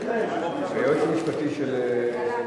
לא, ככה זה רשום, וגם,